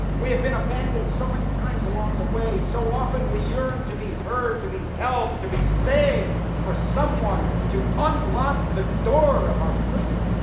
we have been abandoned so many times along the way. so often, we yearned to be heard to be helped, to be saved for someone to unlock the doors of our prison.